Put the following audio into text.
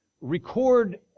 record